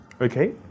Okay